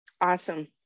Awesome